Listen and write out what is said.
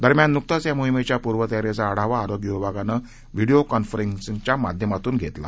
दरम्यान नुकताच या मोहिमेच्या पूर्वतयारीचा आढावा आरोग्य विभागानं व्हीडीओ कॉन्फरन्सिंगच्या माध्यमातून घेतला